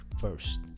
First